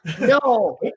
no